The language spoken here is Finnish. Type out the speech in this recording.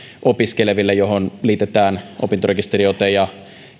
opiskeleville johon liitetään opintorekisteriote ja